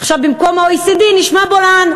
עכשיו במקום OECD נשמע בולען.